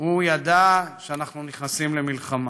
הוא ידע שאנחנו נכנסים למלחמה,